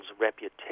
reputation